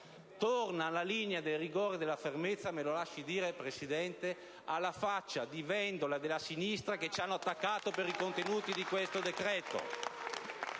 Torna la linea del rigore e della fermezza, me lo lasci dire, signor Presidente, alla faccia di Vendola e della sinistra, che ci hanno attaccato per i contenuti di questo decreto.